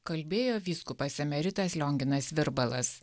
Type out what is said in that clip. kalbėjo vyskupas emeritas lionginas virbalas